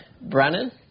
Brennan